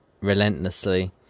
relentlessly